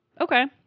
okay